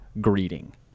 Greeting